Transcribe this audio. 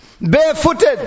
barefooted